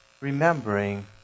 remembering